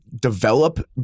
develop